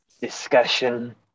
discussion